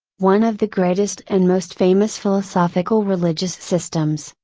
one of the greatest and most famous philosophical religious systems,